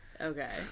okay